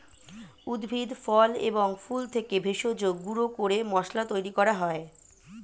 উদ্ভিদ, ফল এবং ফুল থেকে ভেষজ গুঁড়ো করে মশলা তৈরি করা হয়